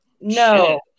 No